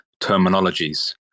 terminologies